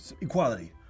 equality